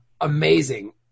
amazing